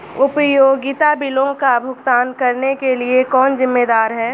उपयोगिता बिलों का भुगतान करने के लिए कौन जिम्मेदार है?